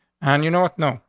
and you know what? no,